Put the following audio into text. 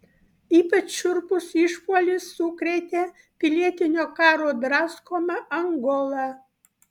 ypač šiurpus išpuolis sukrėtė pilietinio karo draskomą angolą